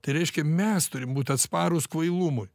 tai reiškia mes turim būt atsparūs kvailumui